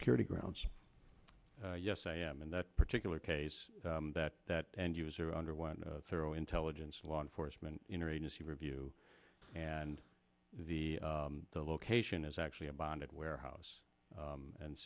security grounds yes i am in that particular case that that end user underwent a thorough intelligence law enforcement interagency review and the the location is actually a bonded warehouse